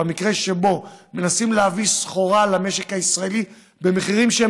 במקרה שבו מנסים להביא סחורה למשק הישראלי במחירים שהם